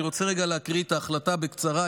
אני רוצה להקריא את ההחלטה בקצרה,